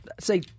say